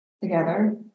together